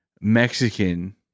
Mexican